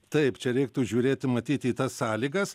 taip čia reiktų žiūrėti matyt į tas sąlygas